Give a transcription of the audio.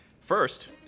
First